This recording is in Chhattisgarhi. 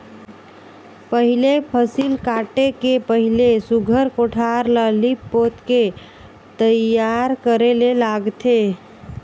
पहिले फसिल काटे के पहिले सुग्घर कोठार ल लीप पोत के तइयार करे ले लागथे